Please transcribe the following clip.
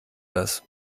das